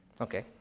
Okay